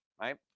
Right